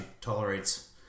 tolerates